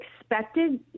expected